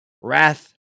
wrath